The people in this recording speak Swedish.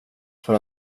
för